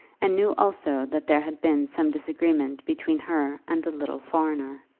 and knew also that there had been some disagreement between her and the little foreigner.